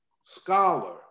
scholar